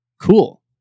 cool